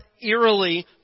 eerily